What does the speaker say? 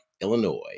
Illinois